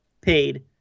paid